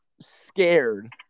scared